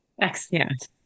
Excellent